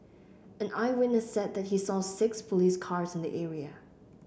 an eyewitness said that he saw six police cars in the area